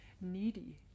needy